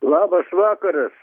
labas vakaras